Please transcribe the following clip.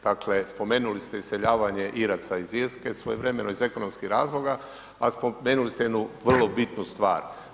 Dakle, spomenuli ste iseljavanje Iraca iz Irske svojevremeno iz ekonomskih razloga, a spomenuli ste jednu vrlo bitnu stvar.